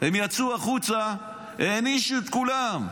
והם יצאו החוצה, הענישו את כולם.